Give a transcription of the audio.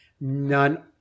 none